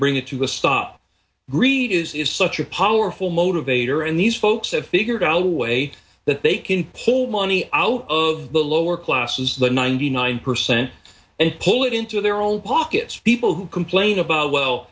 bring it to a stop greed is such a powerful motivator and these folks have figured out a way that they can pull money out of the lower classes that ninety nine percent and pull it into their own pockets people who complain about well